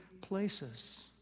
places